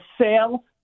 sale